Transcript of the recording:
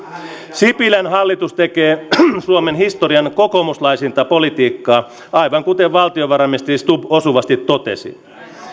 sipilän hallitus tekee suomen historian kokoomuslaisinta politiikkaa aivan kuten valtiovarainministeri stubb osuvasti totesi